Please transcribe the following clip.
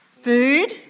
Food